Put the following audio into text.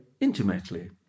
intimately